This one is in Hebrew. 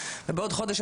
לא רק על